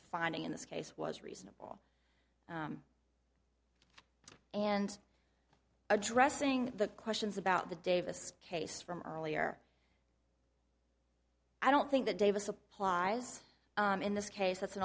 finding in this case was reasonable and addressing the questions about the davis case from earlier i don't think that davis applies in this case that's an